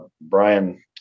Brian